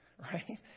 right